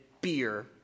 beer